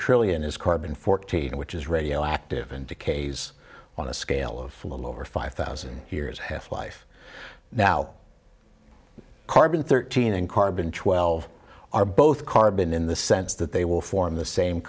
trillion is carbon fourteen which is radioactive and decays on a scale of a little over five thousand years half life now carbon thirteen and carbon twelve are both carbon in the sense that they will form the same